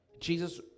Jesus